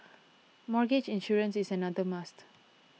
mortgage insurance is another must